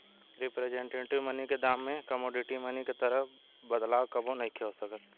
representative money के दाम में कमोडिटी मनी के तरह बदलाव कबो नइखे हो सकत